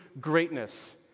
greatness